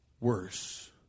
worse